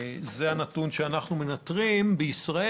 זה הנתון שאנחנו מנטרים בישראל.